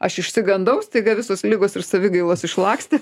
aš išsigandau staiga visos ligos ir savigailos išlakstė